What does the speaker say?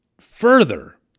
further